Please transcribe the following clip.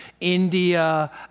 India